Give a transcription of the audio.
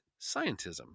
scientism